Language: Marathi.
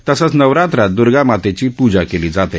तसंच नवराव्रात द्र्गामातेची पूजा केली जाते